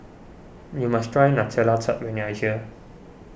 you must try Nutella Tart when you are here